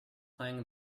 playing